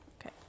Okay